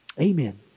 amen